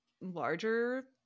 larger